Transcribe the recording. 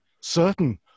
certain